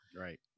Right